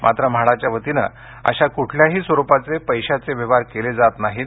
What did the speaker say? मात्र म्हाडाच्या वतीनं अशा कुठल्याही स्वरुपाचे पैशाचे व्यवहार केले जात नाहीत